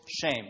shame